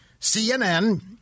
CNN